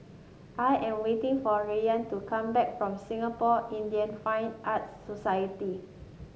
I am waiting for Rayan to come back from Singapore Indian Fine Arts Society